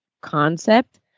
concept